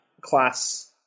class